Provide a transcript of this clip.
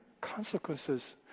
consequences